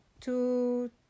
two